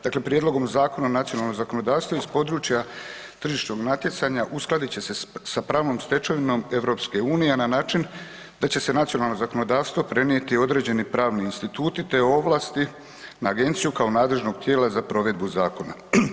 Dakle, prijedlogom zakona u nacionalno zakonodavstvo iz područja tržišnog natjecanja uskladit će se sa pravnom stečevinom EU, a na način da će se u nacionalno zakonodavstvo prenijeti određeni pravni instituti te ovlasti na agenciju kao nadležnog tijela za provedbu zakona.